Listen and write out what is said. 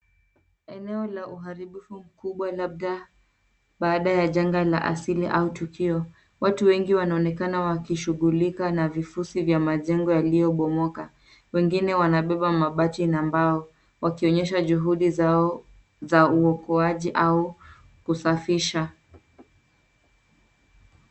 Eneo la uharibifu mkubwa labda baada ya janga la asili au tukio. Watu wengi wanaoneka wakishughulika na vifusi vya majengo yaliyo bomoka, wengine wanabeba mabati na mbao, wakionyesha juhudi zao za uokoaji au kusafisha.